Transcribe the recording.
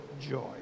joy